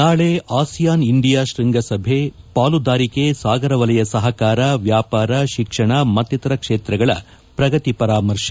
ನಾಳೆ ASEAN India ಶೃಂಗಸಭೆ ಪಾಲುದಾರಿಕೆ ಸಾಗರ ವಲಯ ಸಹಕಾರ ವ್ಯಾಪಾರ ಶಿಕ್ಷಣ ಮತ್ತಿತರ ಕ್ಷೇತ್ರಗಳ ಪ್ರಗತಿ ಪರಾಮರ್ಶೆ